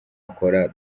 akora